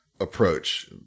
approach